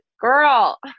Girl